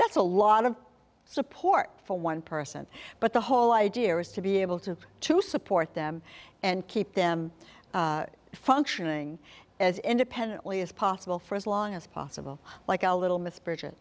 that's a lot of support for one person but the whole idea is to be able to to support them and keep them functioning as independently as possible for as long as possible like a little mis